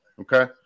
Okay